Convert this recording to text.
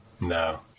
No